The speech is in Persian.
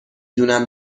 دونم